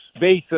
basis